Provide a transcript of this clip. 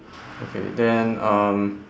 okay then um